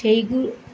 সেইগুলো